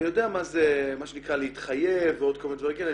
אני יודע מה זה מה שנקרא להתחייב ועוד כל מיני דברים כאלה,